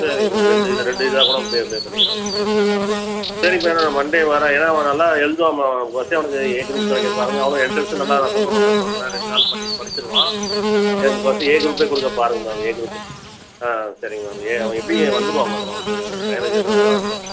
சரிங்க மேம் ரெண்டு இதாக ரெண்டு இதாக்கூட பே பே பண்ணிக்கலாம் சரி மேம் சரிங்க இப்போ நான் மண்டே வர்றேன் ஏன்னா அவன் நல்லா எழுதுவான் மேம் ஃபஸ்ட்டு அவனுக்கு ஏ க்ரூப் கிடைக்கப் பாருங்கள் அவனும் எண்ட்ரன்ஸ் நல்லா ப்ரிப்பேர் பண்ண சொல்கிறேன் ரெண்டு நாள் பண்ணி படிச்சிடுவான் ஏ முக்கால்வாசி க்ரூப்பே கொடுக்க பாருங்கள் மேம் ஏ க்ரூப்பு ஆ சரிங்க மேம் ஏ அவன் எப்படியும் வந்துடுவான் மேடம் அவன் வந்து பயாலஜியில் நல்லா